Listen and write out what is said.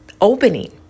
opening